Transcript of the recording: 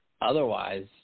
Otherwise